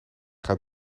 hij